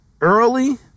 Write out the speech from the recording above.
early